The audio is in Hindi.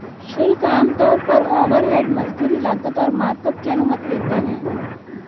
शुल्क आमतौर पर ओवरहेड, मजदूरी, लागत और मार्कअप की अनुमति देते हैं